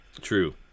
True